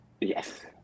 yes